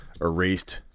erased